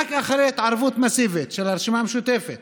ורק אחרי התערבות מסיבית של הרשימה המשותפת